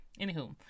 anywho